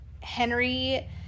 Henry